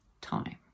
time